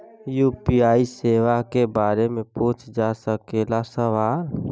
UPI सेवा के बारे में पूछ जा सकेला सवाल?